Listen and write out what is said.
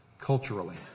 culturally